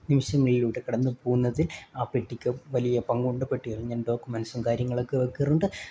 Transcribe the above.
നിമിഷങ്ങളിലൂടെ കടന്ന് പോകുന്നതിൽ ആ പെട്ടിക്ക് വലിയ പങ്കുണ്ട് പെട്ടിയിൽ ഞാൻ ഡോക്യുമെൻറ്സും കാര്യങ്ങളൊക്കെ വെക്കാറുണ്ട്